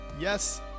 yes